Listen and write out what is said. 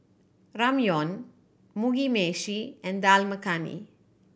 Ramyeon Mugi Meshi and Dal Makhani